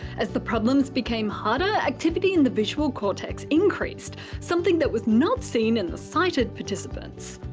as the problems became harder, activity in the visual cortex increased, something that was not seen in the sighted participants.